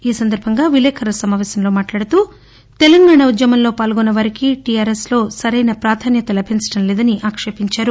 ఈ సందర్బంగా విలేకరుల సమావేశంలో మాట్లాడుతూ తెలంగాణ ఉద్యమంలో పాల్గొన్న వారికి టీఆర్ఎస్లో సరైన ప్రాధాన్యత లభించటం లేదని ఆక్షేపించారు